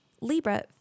Libra